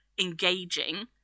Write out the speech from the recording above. engaging